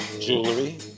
jewelry